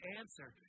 answer